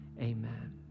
Amen